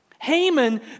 Haman